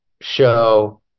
show